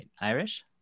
Irish